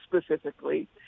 specifically